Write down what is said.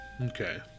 Okay